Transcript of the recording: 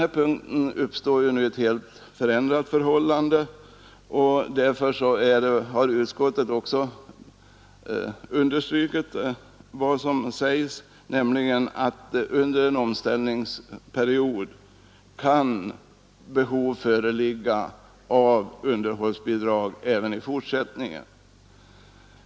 Här uppstår nu genom den nya lagstiftningen en förändrad situation. Därför har utskottet understrukit att under en omställningsperiod kan behov föreligga av underhållsbidrag även i fortsättningen.